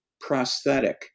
prosthetic